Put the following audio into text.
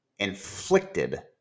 inflicted